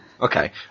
Okay